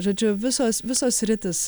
žodžiu visos visos sritys